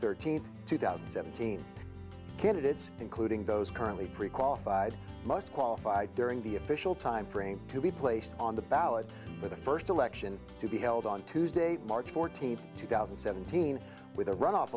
thirteenth two thousand and seventeen candidates including those currently pre qualified most qualified during the official time frame to be placed on the ballot for the first election to be held on tuesday march fourteenth two thousand and seventeen with a r